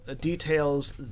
details